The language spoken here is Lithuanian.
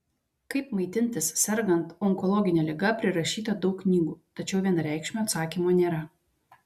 kaip maitintis sergant onkologine liga prirašyta daug knygų tačiau vienareikšmio atsakymo nėra